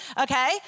okay